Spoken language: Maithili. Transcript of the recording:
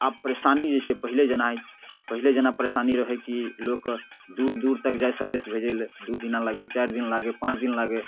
आब परेशानी जे छै पहिले जेनाइ पहिले जेना परेशानी रहै कि लोक दूर दूर तक जाइ सन्देश भेजैलए दुइ दिना लागै चारि दिन लागै पाँच दिन लागै